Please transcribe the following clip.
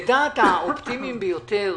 לדעת האופטימיים ביותר,